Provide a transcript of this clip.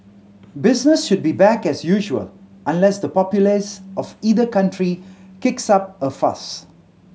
business should be back as usual unless the populace of either country kicks up a fuss